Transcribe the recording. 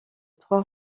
trois